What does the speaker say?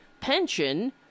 pension